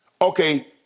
Okay